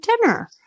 dinner